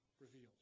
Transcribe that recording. revealed